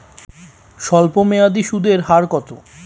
স্বল্পমেয়াদী সুদের হার কত?